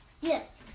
Yes